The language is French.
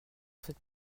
cette